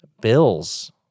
bills